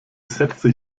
sätze